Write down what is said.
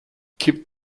kippt